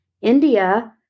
india